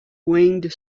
winged